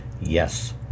yes